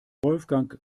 wolfgang